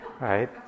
right